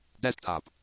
Desktop